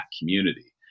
community